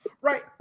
Right